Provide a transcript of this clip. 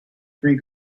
three